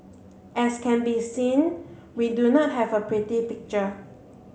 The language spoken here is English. as can be seen we do not have a pretty picture